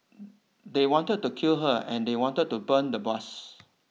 they wanted to kill her and they wanted to burn the bus